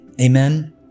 Amen